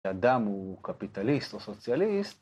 ‫אדם הוא קפיטליסט או סוציאליסט.